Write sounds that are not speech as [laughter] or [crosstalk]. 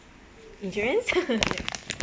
insurance [laughs]